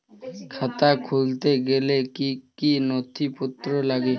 খাতা খুলতে গেলে কি কি নথিপত্র লাগে?